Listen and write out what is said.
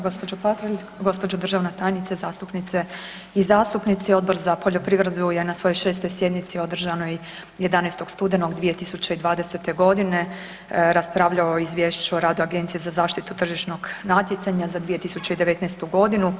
Gospođo Patrlj, gospođo državna tajnice, zastupnice i zastupnici Odbor za poljoprivredu je na svojoj 6. sjednici održanoj 11. studenog 2020. godine raspravljao o Izvješću o radu Agencije za zaštitu tržišnog natjecanja za 2019. godinu.